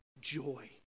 joy